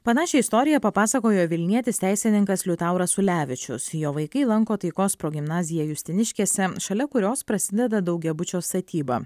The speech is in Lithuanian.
panašią istoriją papasakojo vilnietis teisininkas liutauras ulevičius jo vaikai lanko taikos progimnaziją justiniškėse šalia kurios prasideda daugiabučio statyba